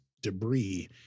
debris